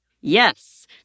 Yes